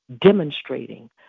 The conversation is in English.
demonstrating